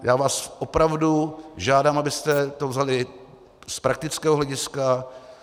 Já vás opravdu žádám, abyste to vzali z praktického hlediska.